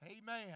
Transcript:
Amen